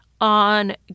on